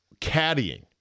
caddying